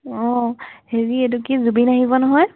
অঁ হেৰি এইটো কি জুবিন আহিব নহয়